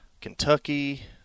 Kentucky